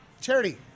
Charity